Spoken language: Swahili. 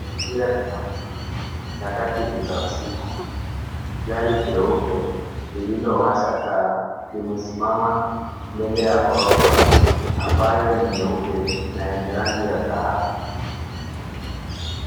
Mazingira ni ya nyakati za usiku. Gari nyeupe lililowasha taa limesimama mbele ya ghorofa ambayo ni nyeupe na yenye rangi ya dhahabu.